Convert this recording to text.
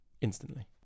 instantly